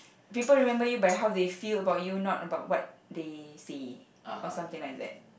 people remember you by how they feel about you not about what they say or something like that